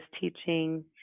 teaching